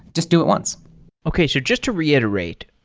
just do it once okay, so just to reiterate,